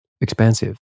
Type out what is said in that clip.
expansive